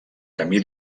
camí